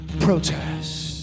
protest